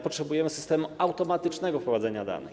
Potrzebujemy systemu automatycznego wprowadzania danych.